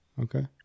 Okay